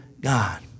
God